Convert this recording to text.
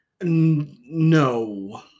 No